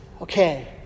okay